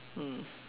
mm